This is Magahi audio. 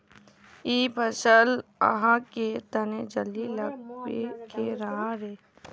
इ फसल आहाँ के तने जल्दी लागबे के रहे रे?